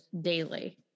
daily